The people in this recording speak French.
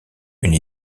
une